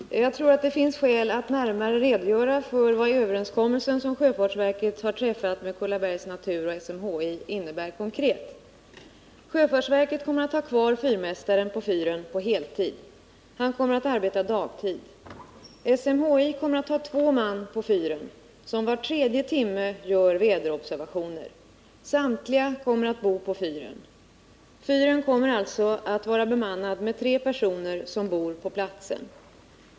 Herr talman! Jag tror att det finns skäl att närmare redogöra för vad överenskommelsen som sjöfartsverket har träffat med Kullabergs Natur och SMHI innebär konkret. Sjöfartsverket kommer att ha kvar fyrmästaren på fyren på heltid. Han kommer att arbeta dagtid. SMHI kommer att ha två man på fyren som var tredje timme gör väderobservationer. Samtliga kommer att bo på fyren. Fyren kommer alltså att vara bemannad med tre personer som bor på platsen.